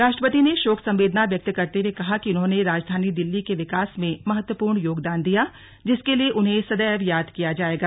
राष्ट्रपति ने शोक संवेदना व्यक्त करते हुए कहा कि उन्होंने राजधानी दिल्ली के विकास में महत्वपूर्ण योगदान दिया जिसके लिए उन्हें सदैव याद किया जाएगा